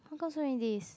how come so many days